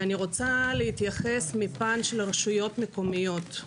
אני רוצה להתייחס מהפן של הרשויות המקומיות.